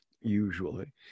usually